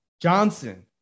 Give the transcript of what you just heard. Johnson